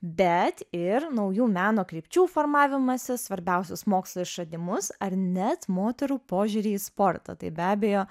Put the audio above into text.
bet ir naujų meno krypčių formavimąsį svarbiausius mokslo išradimus ar net moterų požiūrį į sportą tai be abejo